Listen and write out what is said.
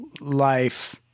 life